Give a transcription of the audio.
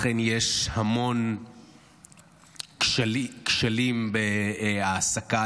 לכן יש המון כשלים בהעסקה,